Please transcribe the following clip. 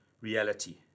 reality